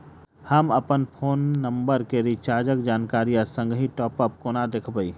हम अप्पन phone number केँ रिचार्जक जानकारी आ संगहि टॉप अप कोना देखबै?